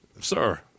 Sir